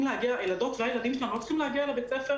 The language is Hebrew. הילדות והילדים שלנו לא צריכים להגיע לבית הספר